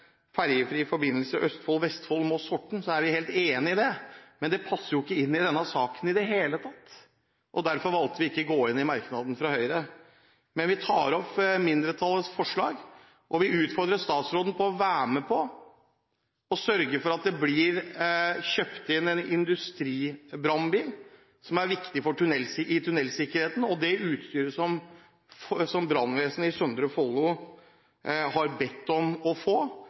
ferjefri forbindelse Østfold–Vestfold, Moss–Horten, er vi helt enige i det. Men det passer ikke inn i denne saken i det hele tatt, og derfor valgte vi ikke å gå inn i merknaden fra Høyre. Men vi tar opp mindretallets, Fremskrittspartiets, forslag, og vi utfordrer statsråden til å være med på å sørge for at det blir kjøpt inn en industribrannbil – som er viktig i tunnelsikkerheten – og det utstyret som brannvesenet i Søndre Follo har bedt om å få,